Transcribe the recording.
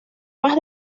más